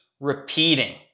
repeating